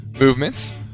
movements